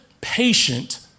patient